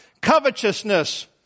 covetousness